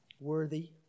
worthy